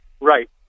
Right